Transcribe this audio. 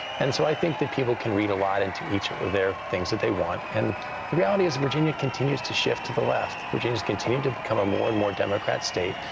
and so i think that people can read a lot into each of their things that they want. and the reality is, virginia continues to shift to the left. virginia has continued to become a more and more democrat state.